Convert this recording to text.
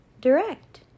direct